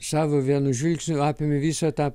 savo vienu žvilgsniu apimi visą tą